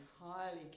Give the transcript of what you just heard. highly